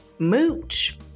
Mooch